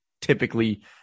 typically